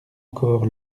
encore